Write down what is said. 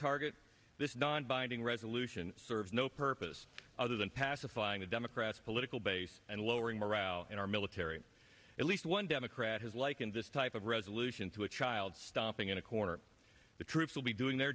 target this non binding resolution serves no purpose other than pacifying the democrats political base and lowering morale in our military at least one democrat has likened this type of resolution to a child's stopping in a corner the troops will be doing their